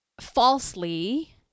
falsely